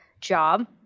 job